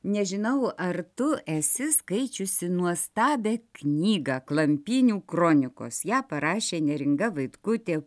nežinau ar tu esi skaičiusi nuostabią knygą klampynių kronikos ją parašė neringa vaitkutė